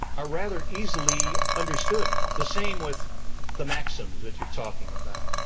are rather easily understood. the same with the maxims that you're talking about.